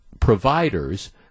providers